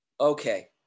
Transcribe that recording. Okay